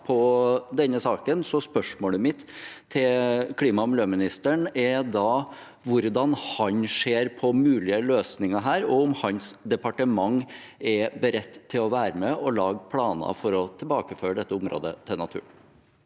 spørsmålet mitt til klima- og miljøministeren er: Hvordan ser han på mulige løsninger her, og er hans departement beredt til å være med på å lage planer for å tilbakeføre dette området til naturen?